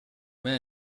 were